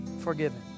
forgiven